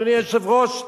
אדוני היושב-ראש,